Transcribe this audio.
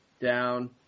down